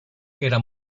era